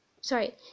sorry